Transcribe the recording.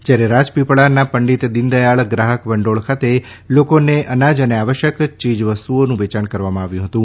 જ્યારે રાજપીપળામાં પંડીત દિનદયાળ ગ્રાહક ભંડીળ ખાતે લોકોને અનાજ અને આવશ્યક ચીજ વસ્તુઓનું વેચાણ કરવામાં આવ્યું હતું